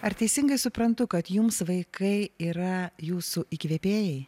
ar teisingai suprantu kad jums vaikai yra jūsų įkvėpėjai